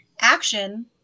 action